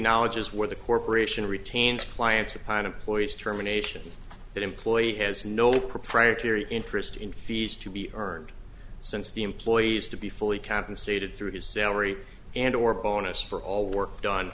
acknowledges where the corporation retains clients upon employees terminations that employee has no proprietary interest in fees to be earned since the employees to be fully compensated through his salary and or bonus for all work don